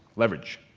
leverage,